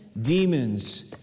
demons